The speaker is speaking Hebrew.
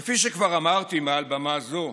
כפי שכבר אמרתי מעל במה זו,